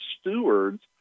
stewards